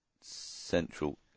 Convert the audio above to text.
Central